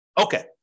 Okay